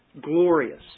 glorious